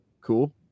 cool